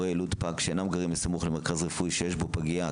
להורי ילוד פג שאינם גרים בסמוך למרכז רפואי שיש בו פגייה,